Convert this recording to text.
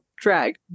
drag